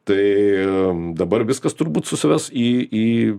tai dabar viskas turbūt susives į į